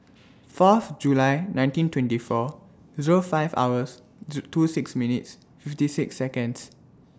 Fourth July nineteen twenty four Zero five hours two six minutes fifty six Seconds